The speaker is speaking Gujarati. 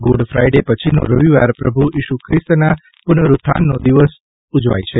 ગુડ ફાઇડે પછીનો રવિવાર પ્રભુ ઇસુ ષ્રિસ્તના પુનરૂત્થાનનો દિવસ ઉજવાય છે